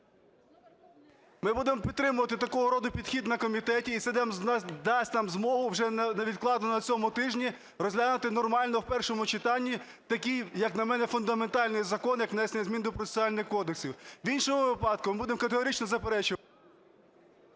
Ми будемо підтримувати такого роду підхід на комітеті, і це дасть нам змогу вже невідкладно на цьому тижні розглянути нормально в першому читанні такий, як на мене, фундаментальний закон, як внесення змін до процесуальних кодексів. В іншому випадку ми будемо категорично заперечувати…